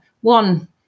one